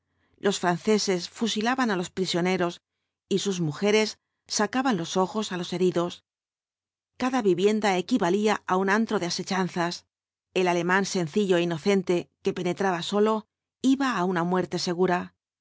los franceses fusilaban á los prisioneros y sus mujeres sacaban los ojos á los heridos cada vivienda equivalía á un antro de asechanzas el alemán sencillo é inocente que penetraba solo iba á una muerte segura